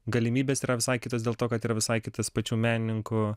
galimybės yra visai kitos dėl to kad yra visai kitas pačių menininkų